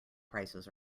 prices